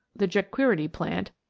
the jequirity plant,